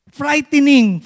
frightening